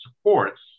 supports